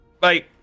Bye